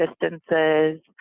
distances